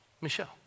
Michelle